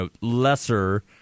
lesser